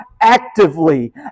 actively